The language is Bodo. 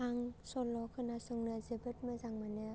आं सल' खोनासंनो जोबोद मोजां मोनो